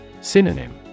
Synonym